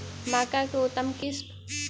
मक्का के उतम किस्म?